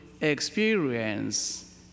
experience